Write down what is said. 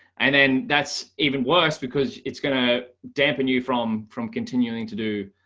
and then that's even worse because it's gonna dampen you from from continuing to do